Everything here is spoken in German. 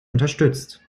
unterstützt